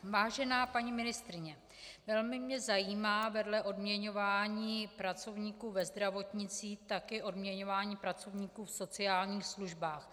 Vážená paní ministryně, velmi mě zajímá vedle odměňování pracovníků ve zdravotnictví také odměňování pracovníků v sociálních službách.